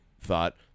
thought